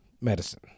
medicine